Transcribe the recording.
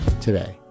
today